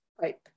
right